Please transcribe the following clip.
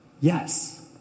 Yes